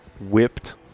whipped